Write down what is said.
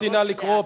אנטי-חרדי.